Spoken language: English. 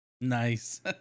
Nice